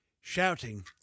shouting